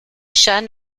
chats